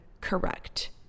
correct